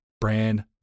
brand